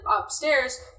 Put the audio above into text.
upstairs